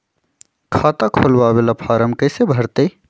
खाता खोलबाबे ला फरम कैसे भरतई?